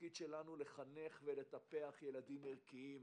התפקיד שלנו, לחנך ולטפח ילדים ערכיים.